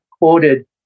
quoted